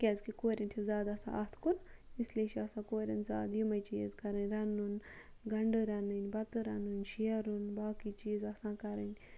کیازکہِ کورٔن چھُ زیادٕ آسان اَتھ کُن اِسلیے چھُ آسان کورٔن زیادٕ یِمے چیٖز کَرٕنۍ رَنُن گَنٛڈٕ رَنٕنۍ بَتہٕ رَنُن شیرُن باقٕے چیٖز آسان کَرٕنۍ